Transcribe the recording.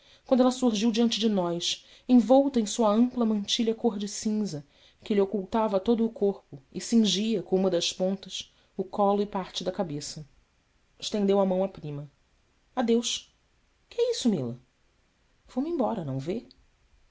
quando ela surgiu diante de nós envolta em sua ampla mantilha cor de cinza que lhe ocultava todo o corpo e cingia com uma das pontas o colo e parte da cabeça estendeu a mão à prima deus ue é isso ila ou me embora não vê